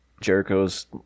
Jericho's